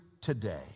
today